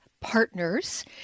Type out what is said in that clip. partners